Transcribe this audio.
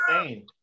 insane